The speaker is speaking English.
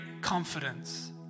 confidence